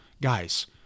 Guys